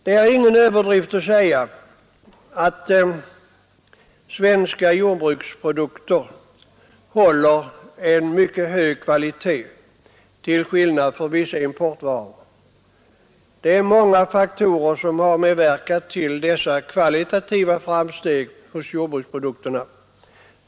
Det är ingen överdrift att säga att svenska jordbruksprodukter håller en mycket hög kvalitet till skillnad från vissa importvaror. Många faktorer har medverkat till dessa kvalitativa framsteg hos jordbruksprodukterna.